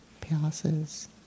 passes